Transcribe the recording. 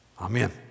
amen